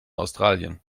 australien